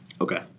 Okay